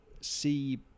see